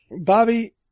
Bobby